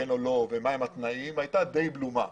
כן או לא ומה הם התנאים והייתה די בלומה.